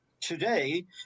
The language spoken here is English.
Today